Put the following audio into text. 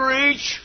reach